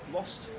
Lost